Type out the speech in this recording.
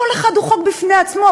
כל אחד הוא חוק בפני עצמו,